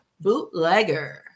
Bootlegger